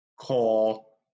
Call